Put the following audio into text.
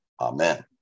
Amen